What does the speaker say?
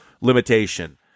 limitation